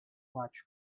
watch